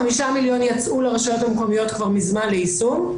ה-5 מיליון יצאו לרשויות המקומיות כבר מזמן ליישום,